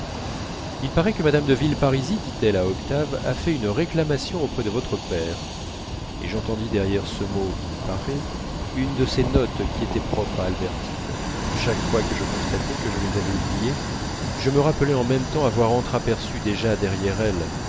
il paraît que mme de villeparisis dit-elle à octave a fait une réclamation auprès de votre père et j'entendis derrière ce mot une de ces notes qui étaient propres à albertine chaque fois que je constatais que je les avais oubliées je me rappelais en même temps avoir entr'aperçu déjà derrière elles